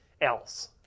else